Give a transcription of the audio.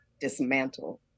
dismantle